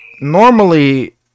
normally